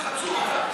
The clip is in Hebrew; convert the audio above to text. אתה חצוף.